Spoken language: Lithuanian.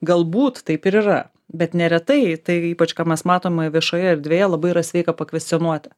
galbūt taip ir yra bet neretai tai ypač ką mes matom viešoje erdvėje labai yra sveika pakvestionuoti